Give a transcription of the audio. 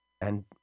And